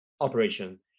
operation